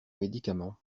médicaments